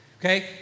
Okay